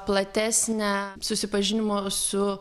platesnę susipažinimo su